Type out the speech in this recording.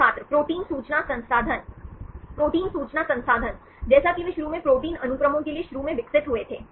छात्र प्रोटीन सूचना संसाधन प्रोटीन सूचना संसाधन जैसा कि वे शुरू में प्रोटीन अनुक्रमों के लिए शुरू में विकसित हुए थे